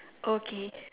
okay